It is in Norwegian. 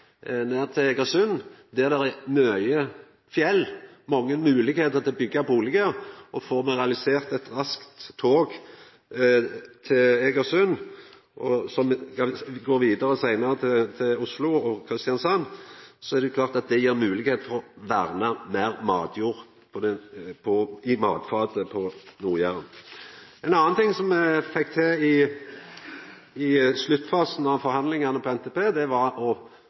ned til Egersund, der det er mykje fjell og mange moglegheiter til å byggja bustader. Får me realisert eit raskt tog til Egersund, som seinare går vidare til Kristiansand og Oslo, er det klart at det gjev moglegheit for å verna meir matjord til matfatet på Nord-Jæren. Ein annan ting som me fekk til i sluttfasen av forhandlingane om NTP, var ein genistrek, dvs. samankoplinga mellom Vestfoldbanen og Sørlandsbanen. Me var sjølvsagt veldig fornøgde med å